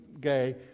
gay